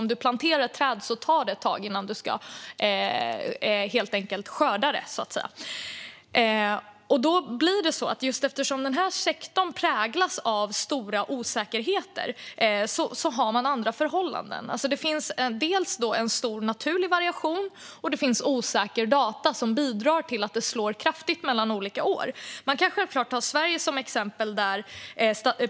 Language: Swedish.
Om man planterar ett träd tar det ett tag innan man, så att säga, kan skörda det. Eftersom denna sektor präglas av stora osäkerheter har man andra förhållanden. Det finns dels en stor naturlig variation, dels osäkra data som bidrar till att det skiljer sig åt kraftigt mellan olika år. Man kan ta Sverige som exempel.